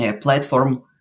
platform